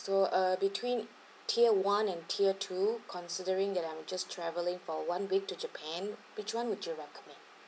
so uh between tier one and tier two considering that I'm just travelling for one week to japan which one would you recommend